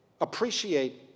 appreciate